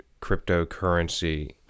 cryptocurrency